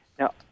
Now